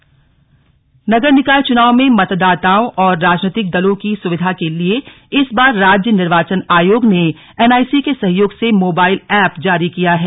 निर्वाचन एप नगर निकाय चुनाव में मतदाताओं और राजनीतिक दलों की सुविधा के लिए इस बार राज्य निर्वाचन आयोग ने एनआईसी के सहयोग से मोबाइल एप तैयार किया है